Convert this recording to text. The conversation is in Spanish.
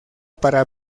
para